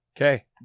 Okay